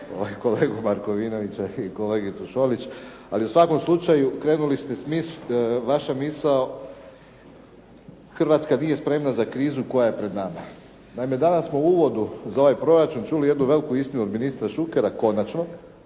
kolegu Markovinovića i kolegicu Šolić, ali u svakom slučaju krenuli ste, vaša misao Hrvatska nije spremna za krizu koja je pred nama. Naime danas smo u uvodu za ovaj proračun čuli jednu veliku istinu od ministra Šukera konačno,